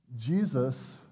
Jesus